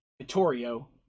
Vittorio